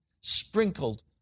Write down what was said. sprinkled